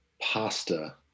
pasta